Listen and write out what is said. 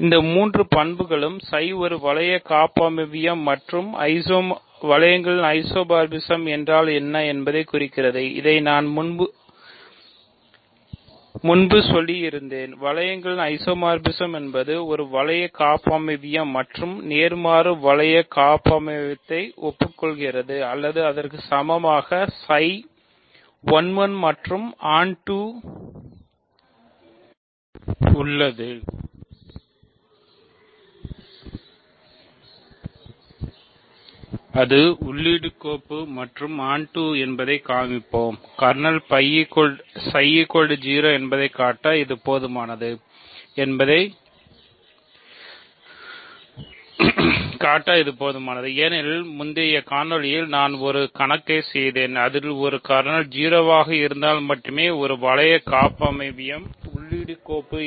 இது ψ